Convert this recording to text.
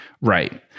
Right